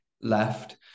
left